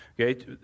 Okay